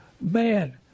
man